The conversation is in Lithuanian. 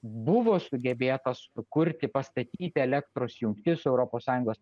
buvo sugebėta sukurti pastatyti elektros jungtis europos sąjungos